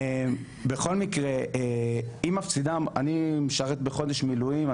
בכל מקרה אני משרת בחודש מילואים,